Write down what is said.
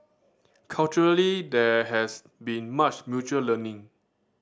culturally there has been much mutual learning